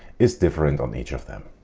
is different on each of them.